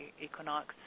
equinox